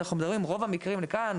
אנחנו רוצים לשנות דברים,